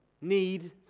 need